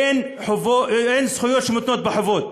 אין זכויות שמותנות בחובות.